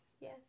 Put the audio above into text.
Yes